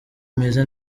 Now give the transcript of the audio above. ameze